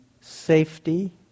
safety